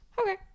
okay